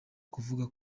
kuvuga